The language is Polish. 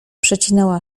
przecinała